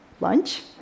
lunch